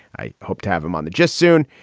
i hope to have him on the just soon.